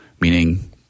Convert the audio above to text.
meaning